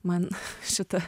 man šita